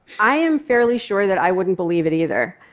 i am fairly sure that i wouldn't believe it either.